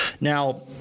Now